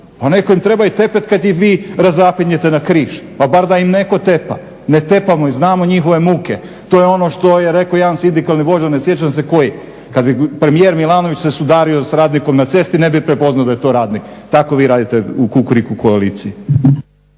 Pa netko im treba i tepati kad ih vi razapinjete na križ. Pa bar da im netko tepa. Ne tepamo, znamo njihove muke. To je ono što je rekao jedan sindikalni vođa, ne sjećam se koji, kad bi premijer Milanović se sudario s radnikom na cesti, ne bi prepoznao da je to radnik. Tako vi radite u Kukuriku koaliciji.